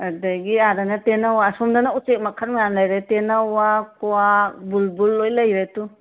ꯑꯗꯒꯤ ꯑꯥꯗꯅ ꯇꯦꯟꯅꯋꯥ ꯑꯁꯣꯝꯗꯅ ꯎꯆꯦꯛ ꯃꯈꯜ ꯌꯥꯝꯅ ꯂꯩꯔꯦ ꯇꯦꯟꯅꯋꯥ ꯀ꯭ꯋꯥꯛ ꯕꯨꯜꯕꯨꯜ ꯂꯣꯏꯟ ꯂꯩꯔꯦ ꯇꯨ